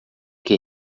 que